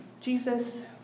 Jesus